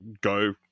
go